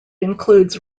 includes